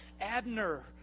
Abner